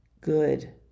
good